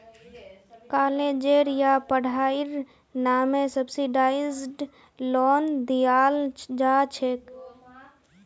कालेजेर या पढ़ाईर नामे सब्सिडाइज्ड लोन दियाल जा छेक